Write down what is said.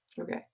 Okay